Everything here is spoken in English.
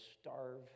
starve